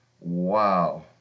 wow